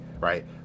right